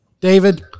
David